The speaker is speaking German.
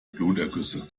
blutergüsse